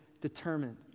determined